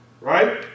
Right